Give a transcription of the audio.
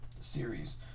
series